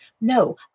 No